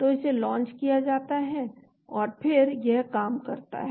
तो इसे लॉन्च किया जाता है और फिर यह काम करता है